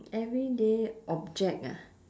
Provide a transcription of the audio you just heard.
everyday object ah